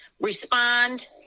respond